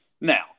Now